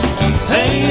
hey